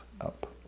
up